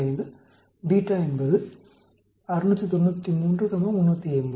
25 β என்பது 693380